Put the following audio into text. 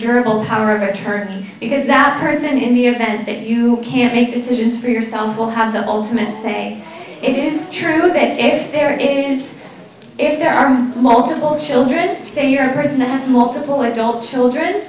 durable power of attorney because that person in the event that you can't make decisions for yourself will have the ultimate say it is true that if there is if there are multiple children they are person that has multiple adult children